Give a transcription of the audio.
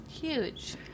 Huge